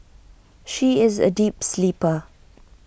she is A deep sleeper